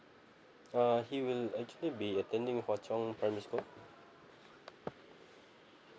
uh he will actually be attending hua chong primary school